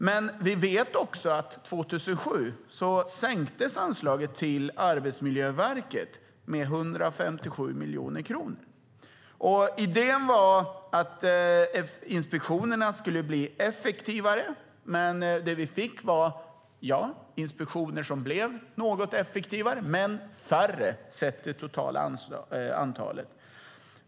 Men 2007 sänktes anslaget till Arbetsmiljöverket med 157 miljoner kronor. Idén var att inspektionerna skulle bli effektivare. Det vi fick var inspektioner som blev något effektivare, men färre sett till det totala antalet.